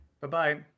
Bye-bye